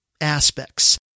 aspects